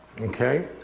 okay